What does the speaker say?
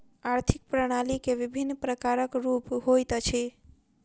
आर्थिक प्रणाली के विभिन्न प्रकारक रूप होइत अछि